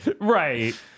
Right